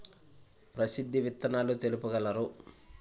ప్రసిద్ధ విత్తనాలు తెలుపగలరు?